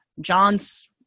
John's